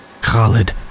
Khalid